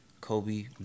Kobe